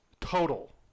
total